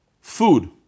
food